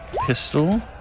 pistol